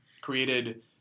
created